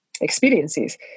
experiences